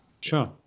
Sure